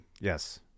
yes